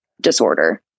disorder